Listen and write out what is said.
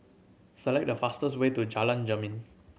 select the fastest way to Jalan Jermin